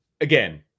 again